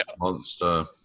monster